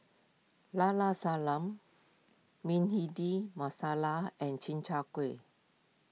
Llao Llao Sanum Bhindi Masala and Chi Kak Kuih